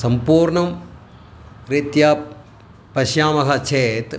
सम्पूर्णरीत्या पश्यामः चेत्